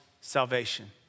salvation